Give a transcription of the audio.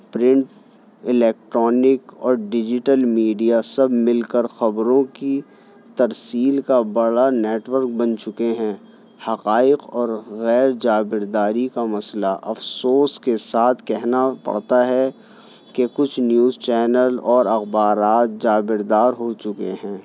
print electronic اور digital media سب مل کر خبروں کی ترسیل کا بڑا نیٹورک بن چکے ہیں حقائق اور غیر جابرداری کا مسئلہ افسوس کے ساتھ کہنا پڑتا ہے کہ کچھ نیوز چینل اور اخبارات جابردار ہو چکے ہیں